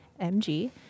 mg